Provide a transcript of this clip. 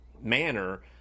manner